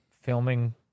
filming